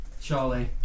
Charlie